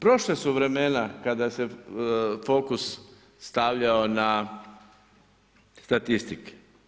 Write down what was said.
Prošla su vremena kada se fokus stavljao na statistike.